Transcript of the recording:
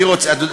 אני רוצה,